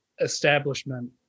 establishment